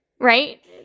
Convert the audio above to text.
Right